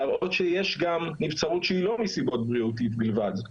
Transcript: להראות שיש גם נבצרות שהיא לא מסיבות בריאותיות בלבד.